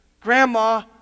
grandma